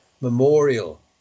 memorial